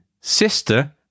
Sister